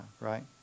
right